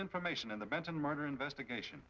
information in the benson murder investigation